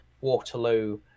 Waterloo